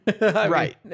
right